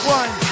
one